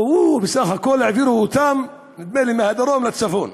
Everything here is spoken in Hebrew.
בסך הכול העבירו אותם, נדמה לי, מהדרום לצפון,